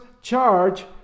charge